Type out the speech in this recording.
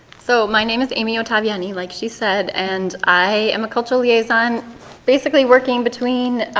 so, my name is amy ottaviani, like she said, and i am a cultural liaison basically working between